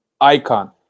icon